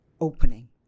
opening